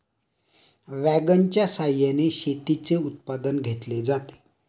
वॅगनच्या सहाय्याने शेतीचे उत्पादन घेतले जाते